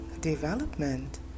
development